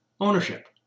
Ownership